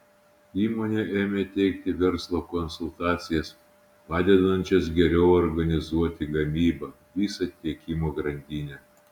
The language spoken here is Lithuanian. įmonė ėmė teikti verslo konsultacijas padedančias geriau organizuoti gamybą visą tiekimo grandinę